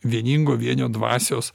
vieningo vienio dvasios